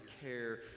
care